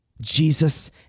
Jesus